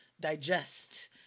digest